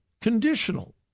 conditional